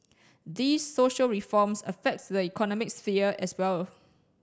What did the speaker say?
these social reforms affect the economic sphere as well